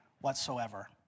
whatsoever